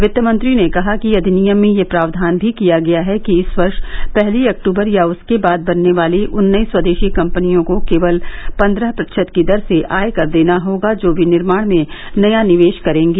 वित्तमंत्री ने कहा कि अधिनियम में यह प्रावधान भी किया गया है कि इस वर्ष पहली अक्तूबर या उसके बाद बनने वाली उन नई स्वदेशी कम्पनियों को केवल पन्द्रह प्रतिशत की दर से आयकर देना होगा जो विनिर्माण में नया निवेश करेंगी